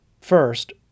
First